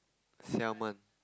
salmon